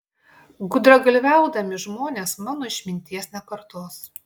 gudragalviaudami žmonės mano išminties nekartos